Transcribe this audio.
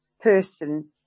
person